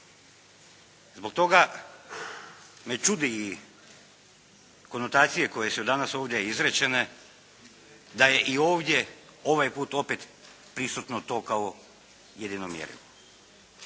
Zbog toga me čudi konotacije koje su ovdje danas izrečene da je i ovdje i ovaj put opet prisutno to kao jedino mjerilo.